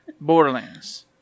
Borderlands